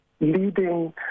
leading